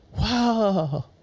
wow